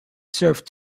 served